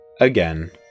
Again